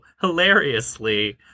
hilariously